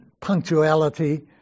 punctuality